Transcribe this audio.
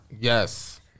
Yes